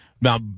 Now